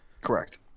Correct